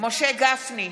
משה גפני,